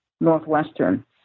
Northwestern